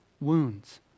wounds